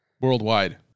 worldwide